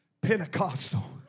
Pentecostal